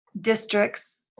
districts